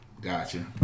Gotcha